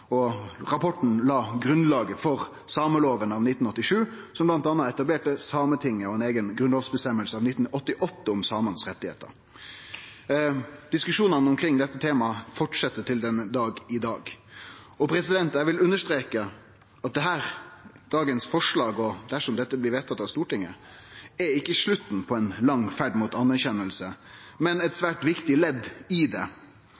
Rapporten la grunnlaget for sameloven av 1987, som bl.a. etablerte Sametinget og ei eiga grunnlovsføresegn av 1988, om rettane til samane. Diskusjonane omkring dette temaet har fortsett fram til dagen i dag. Eg vil understreke at dersom dagens forslag blir vedtatt av Stortinget, er ikkje det slutten på ei lang ferd mot anerkjenning, men eit svært viktig ledd i det.